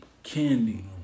Candy